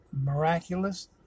miraculous